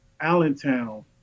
Allentown